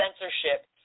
censorship